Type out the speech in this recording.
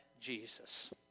Jesus